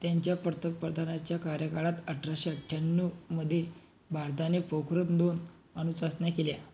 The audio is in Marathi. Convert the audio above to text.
त्यांच्या पंतप्रधानाच्या कार्यकाळात अठराशे अठ्ठ्याण्णवमध्ये भारताने पोखरण दोन अणुचाचण्या केल्या